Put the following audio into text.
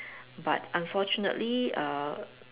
but unfortunately err